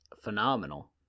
phenomenal